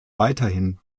weiterhin